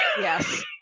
Yes